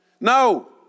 No